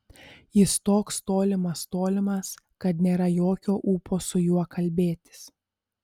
jis toks tolimas tolimas kad nėra jokio ūpo su juo kalbėtis